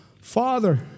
Father